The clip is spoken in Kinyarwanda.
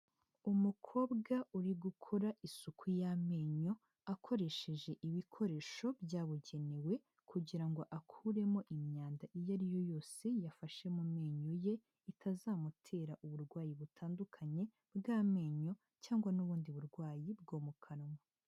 Umukobwa uri gukora isuku y'amenyo akoresheje ibikoresho byabugenewe kugira ngo akuremo imyanda iyo ari yo yose yafashe mu menyo ye itazamutera uburwayi butandukanye bw'amenyo cyangwa n'ubundi burwayi bwo mu kanwa.